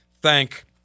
thank